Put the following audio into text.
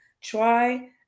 try